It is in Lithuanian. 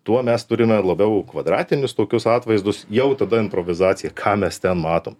tuo mes turime labiau kvadratinius tokius atvaizdus jau tada improvizacija ką mes ten matom